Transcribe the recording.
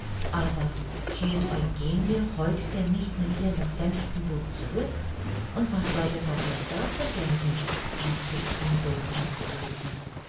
aber kehrt eugenie heute denn nicht mit dir nach senftenburg zurück und was soll der baron davon denken fragte ich unruhig tante ulrike